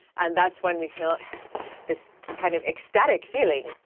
and that's when we feel this kind of ecstatic feeling.